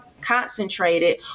Concentrated